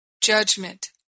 judgment